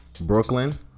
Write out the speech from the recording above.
Brooklyn